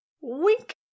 Wink